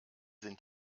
sind